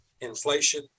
inflation